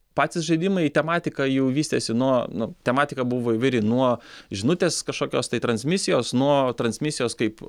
patys žaidimai tematika jau vystėsi nuo nu tematika buvo įvairi nuo žinutės kažkokios tai transmisijos nuo transmisijos kaip